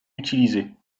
utilisée